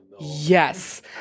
Yes